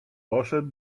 poszedł